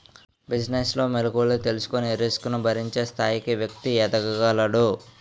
business లో మెలుకువలు తెలుసుకొని రిస్క్ ను భరించే స్థాయికి వ్యక్తి ఎదగగలడు